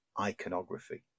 iconography